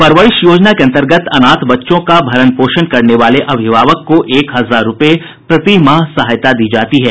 परवरिश योजना के अन्तर्गत अनाथ बच्चों का भरण पोषण करने वाले अभिभावक को एक हजार रूपये प्रति माह सहायता राशि दी जाती है